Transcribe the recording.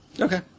Okay